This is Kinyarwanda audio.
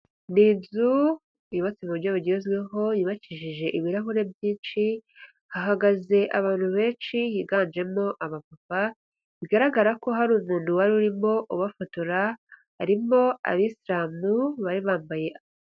Ni inzu yubatse mu buryo bugezweho yabakishije ibirahure byinshi, hahagaze abantu benshi higanjemo abapapa, bigaragara ko hari umuntu wari urimo ubafotora, harimo abayisilamu bari bambaye.